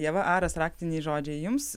ieva aras raktiniai žodžiai jums